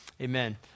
Amen